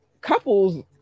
couples